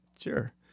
Sure